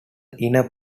inner